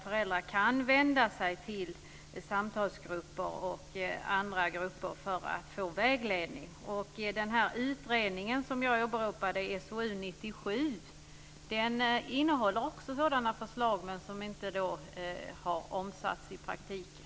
Föräldrar kan vända sig till samtalsgrupper och andra grupper för att få vägledning. Den utredning som jag åberopade, SOU från 1997, innehåller också sådana förslag, men de har inte omsatts i praktiken.